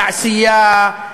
תעשייה,